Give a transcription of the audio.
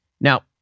Now